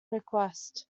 request